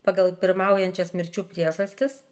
pagal pirmaujančias mirčių priežastis